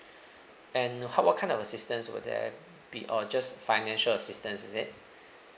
and how what kind of assistance would there be or just financial assistance is it